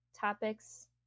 topics